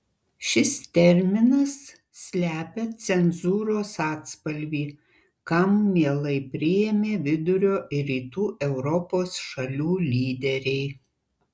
šis terminas slepia cenzūros atspalvį kam mielai priėmė vidurio ir rytų europos šalių lyderiai